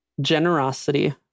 generosity